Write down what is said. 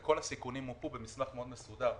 כל הסיכונים הונחו במסמך מאוד מסודר,